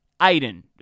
Aiden